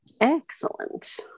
excellent